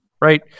right